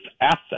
asset